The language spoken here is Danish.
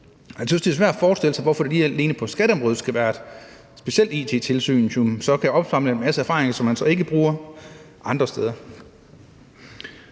Jeg synes, det er svært at forstille sig, hvorfor der lige alene på skatteområdet skal være et specielt it-tilsyn, som så kan opsamle en masse erfaringer, som man så ikke bruger andre steder.